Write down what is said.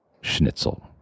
schnitzel